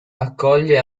accoglie